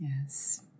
Yes